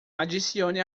adicione